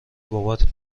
بابات